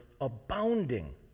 abounding